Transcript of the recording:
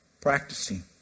practicing